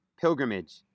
pilgrimage